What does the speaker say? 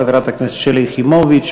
חברת הכנסת שלי יחימוביץ,